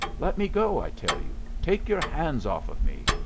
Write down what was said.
let me go, i tell you! take your hands off of me!